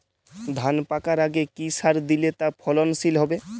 ধান পাকার আগে কি সার দিলে তা ফলনশীল হবে?